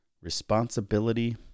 Responsibility